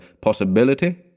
possibility